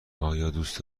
دوست